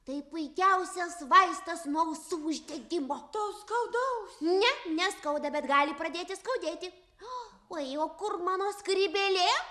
tai puikiausias vaistas nuo ausų uždegimo to skaudaus ne neskauda bet gali pradėti skaudėti oi o kur mano skrybėlė